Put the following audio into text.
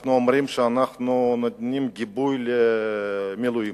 אנחנו אומרים שאנחנו נותנים גיבוי למילואימניקים,